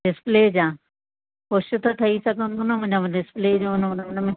display जा कुझु न ठही सघंदो न उनमें डिस्पले जो उनमें